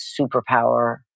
superpower